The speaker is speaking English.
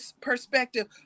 perspective